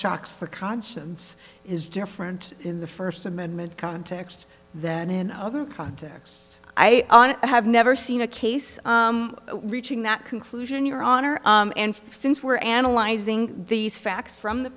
shocks the conscience is different in the first amendment context than in other contexts i have never seen a case reaching that conclusion your honor and since we're analyzing these facts from the